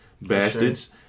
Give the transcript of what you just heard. bastards